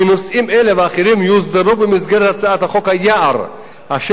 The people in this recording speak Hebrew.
אלה ואחרים יוסדרו במסגרת הצעת חוק היער אשר המשרד